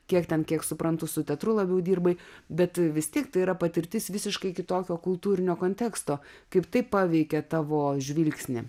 kiek ten kiek suprantu su teatru labiau dirbai bet vis tiek tai yra patirtis visiškai kitokio kultūrinio konteksto kaip tai paveikė tavo žvilgsnį